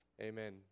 amen